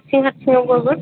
हारसिं हारसिङावबाबो